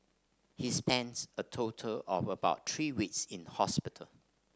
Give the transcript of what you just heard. he spents a total of about three weeks in hospital